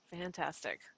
Fantastic